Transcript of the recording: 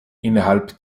innerhalb